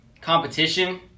competition